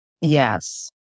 Yes